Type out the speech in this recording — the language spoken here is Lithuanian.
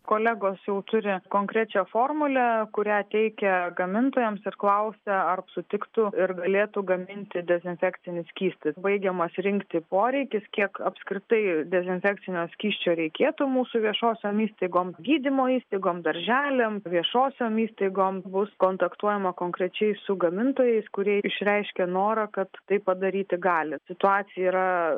kolegos jau turi konkrečią formulę kurią teikia gamintojams ir klausia ar sutiktų ir galėtų gaminti dezinfekcinį skystį baigiamas rinkti poreikis kiek apskritai dezinfekcinio skysčio reikėtų mūsų viešosiom įstaigom gydymo įstaigom darželiam viešosiom įstaigom bus kontaktuojama konkrečiai su gamintojais kurie išreiškė norą kad tai padaryti gali situacija yra